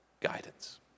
guidance